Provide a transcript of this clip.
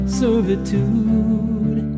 servitude